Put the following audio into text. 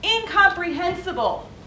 incomprehensible